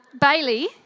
Bailey